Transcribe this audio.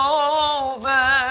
over